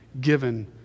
given